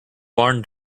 barn